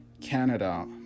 canada